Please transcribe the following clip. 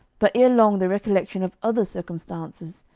but ere long the recollection of other circumstances,